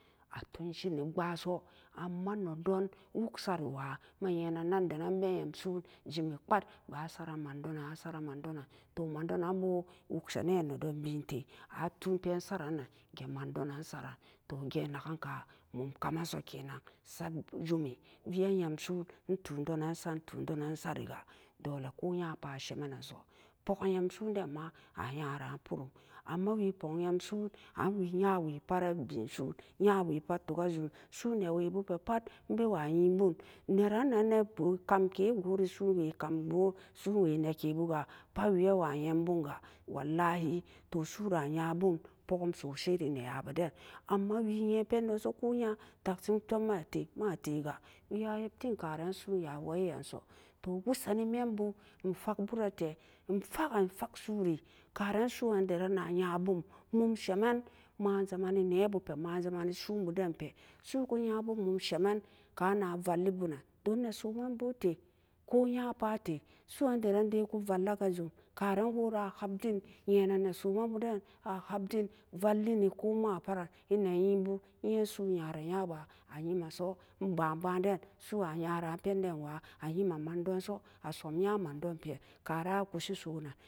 A tunsen a vaso ama ne don wuk sadri wa mayinen nan da nan meyan sun jin kpat ba sad mandon mandon mandon nan bo wuksene mandon te atun pen saranon ge mem don nan saren to gen nangen mum ka menso ke nan sad bu den jummi vi ben yam sun intudon sang intu den nan sari ga dote ko nya pat ba semmenso poken yam sun dinma amawipohye sun yawci pa'at sunnewabupa'at bebi sun nekebukpat ibewayinbu ne ran nan nebu kamke kiguru sunwe ka be gu'u sunwai nekibu gah pat wei bewa yinbanga walahi suma yanbon pukum sosai ie neyabedin ama'a we yin bendonsonyan taksen la tonmate maatega wei ma yebteen karan sun yan weyaranso toh wousenni mebu'u in fakborete in fakga faksu'uri karan su'u wandaran na yanbon mum semen ma jameni nebupera ma jameni su'n boden pe'a su'ukuyabu mum semen ka nan valle bunan don ne somen bu te ko ya parete su'u wandaran dai valla ka jum karan wora a hamden yenen neso men bu den a handen valle ni koma patran e neyinbu eyin su'unyara ya ga a yemen so e ban banden su'u a nyara penden wa a yemen mandonso a somyan madon pe kara kushi sunan